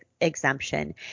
exemption